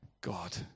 God